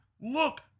look